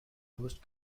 post